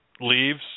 leaves